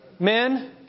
Men